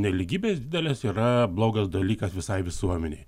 nelygybės didelės yra blogas dalykas visai visuomenei